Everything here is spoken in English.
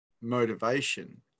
motivation